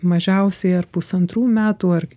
mažiausiai ar pusantrų metų ar